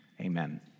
Amen